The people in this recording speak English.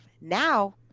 Now